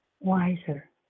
wiser